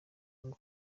ngo